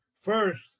first